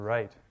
Right